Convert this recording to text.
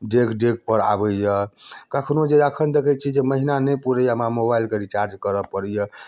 डेग डेगपर आबैए कखनो जे हैआ एखन देखै छियै महिना नहि पुड़ैए हमरा मोबाइलके रिचार्ज करय पड़ैए